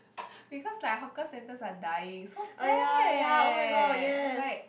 because like hawker centres are dying so sad like